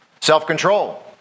self-control